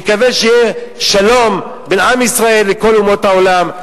נקווה שיהיה שלום בין עם ישראל לכל אומות העולם,